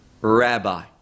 rabbi